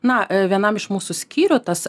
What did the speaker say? na vienam iš mūsų skyrių tas